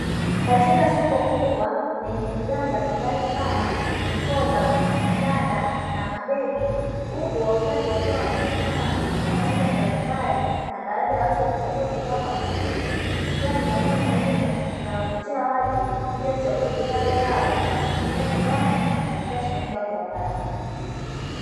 Katika soko kubwa lenye bidhaa mbalimbali kama mikoba, mikanda na mabegi, huku wauzaji wakiwa wamesimama wakihudumia wateja mbalimbali, na baadhi ya watu wakichagua bidhaa kwa makini, ikiwa ni eneo muhimu linalovutia watu kuja kuchagua bidhaa zao za kutumia nyumbani na katika sehemu zao za kazi.